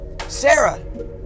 Sarah